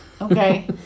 Okay